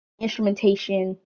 instrumentation